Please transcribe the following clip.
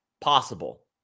possible